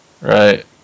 Right